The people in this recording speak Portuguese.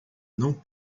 não